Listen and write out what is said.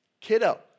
kiddo